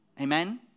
Amen